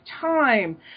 time